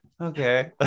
okay